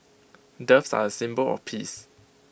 doves are A symbol of peace